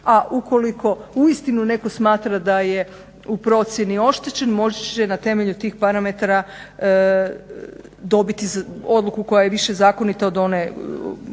A ukoliko uistinu netko smatra da je u procjeni oštećen moći će na temelju tih parametara dobiti odluku koja je više zakonita od one